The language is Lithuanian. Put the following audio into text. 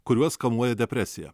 kuriuos kamuoja depresija